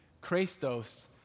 Christos